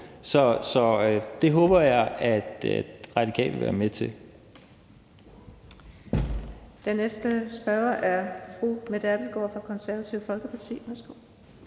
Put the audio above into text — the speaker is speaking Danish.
så det håber jeg at Radikale vil være med til.